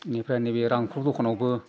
इनिफ्राय नैबे रामफुर दखानावबो